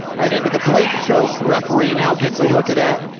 right into the blatant choke, referee now gets a look at that,